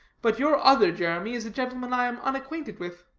but your other jeremy is a gentleman i am unacquainted with.